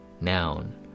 noun